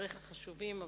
דבריך חשובים,